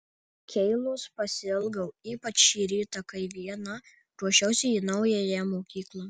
keilos pasiilgau ypač šį rytą kai viena ruošiausi į naująją mokyklą